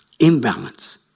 Imbalance